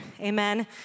Amen